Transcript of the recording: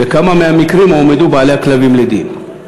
2. בכמה מהמקרים הועמדו בעלי הכלבים לדין?